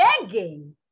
begging